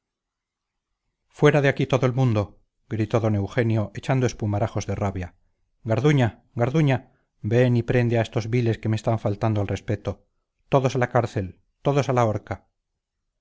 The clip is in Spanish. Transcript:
fuera de aquí todo el mundo gritó don eugenio echando espumarajos de rabia garduña garduña ven y prende a estos viles que me están faltando al respeto todos a la cárcel todos a la horca